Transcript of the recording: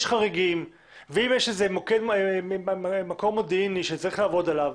חריגים ואם יש מקור מודיעיני שצריך לעבוד עליו,